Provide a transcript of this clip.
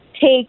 take